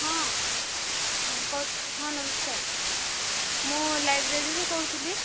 ହଁ ହଁ ହଁ ନମସ୍କାର ମୁଁ ଲାଇବ୍ରେରୀରୁ କହୁଥିଲି